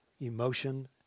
emotion